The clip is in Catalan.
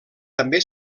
també